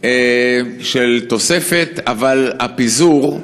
של תוספת, אבל הפיזור,